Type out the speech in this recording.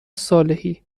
صالحی